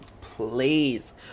please